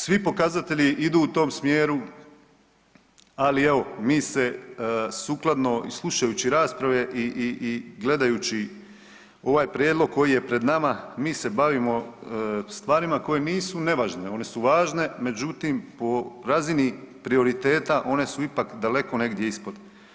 Svi pokazatelji idu u tom smjeru, ali evo mi se sukladno slušajući rasprave i gledajući ovaj prijedlog koji je pred nama, mi se bavimo koje nisu nevažne, one su važne, međutim po razini prioriteta one su ipak daleko negdje ispod.